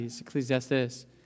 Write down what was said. Ecclesiastes